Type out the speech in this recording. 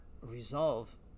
resolve